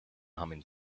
humming